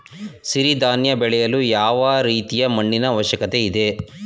ಸಿರಿ ಧಾನ್ಯ ಬೆಳೆಯಲು ಯಾವ ರೀತಿಯ ಮಣ್ಣಿನ ಅವಶ್ಯಕತೆ ಇದೆ?